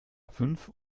fünf